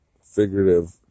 figurative